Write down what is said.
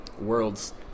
worlds